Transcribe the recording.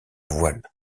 voile